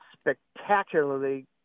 spectacularly